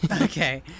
Okay